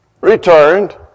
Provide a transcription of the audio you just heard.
returned